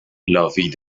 l’avis